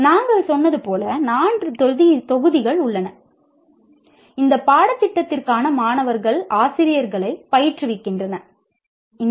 நாங்கள் சொன்னது போல 4 தொகுதிகள் உள்ளனஇந்த பாடத்திட்டத்திற்கான மாணவர்கள் பயிற்சி மற்றும் ஆர்வமுள்ள ஆசிரியர்கள்